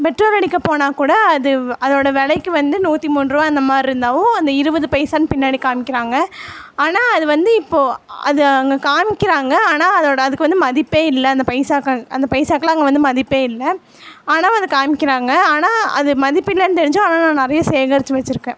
petrol அடிக்க போனாக்கூட அது அதோடய விலைக்கு வந்து நூற்றி மூன்றுரூவா அந்தமாதிரி இருந்தாவும் அந்த இருபது பைசான்னு பின்னாடி காமிக்கிறாங்க ஆனால் அது வந்து இப்போது அது அங்கே காமிக்கிறாங்க ஆனால் அதோடய அதுக்கு வந்து மதிப்பே அந்த பைசாக்காக அந்த பைசாக்கெலாம் அங்கே வந்து மதிப்பே இல்லை ஆனால் அது காமிக்கிறாங்க ஆனால் அது மதிப்பு இல்லைன்னு தெரிஞ்சும் ஆனால் நான் நிறைய சேகரித்து வச்சுருக்கேன்